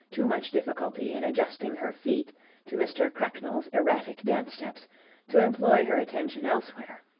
too much difficulty in adjusting her feet to mr. cracknell's erratic dance-steps to employ her attention elsewhere.